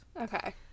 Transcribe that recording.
okay